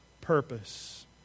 purpose